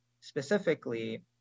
specifically